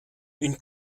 une